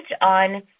on